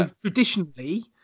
traditionally